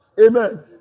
Amen